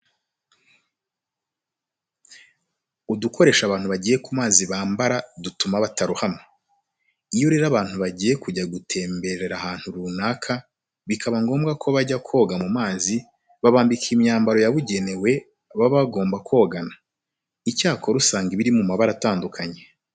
Udukoresho abantu bagiye ku mazi bambara dutuma batarohama. Iyo rero abantu bagiye kujya gutemberera ahantu runaka bikaba ngombwa ko bajya koga mu mazi, babambika imyambaro yabugenewe baba bagomba kogana. Icyakora usanga iba iri mu mabara atandukanye.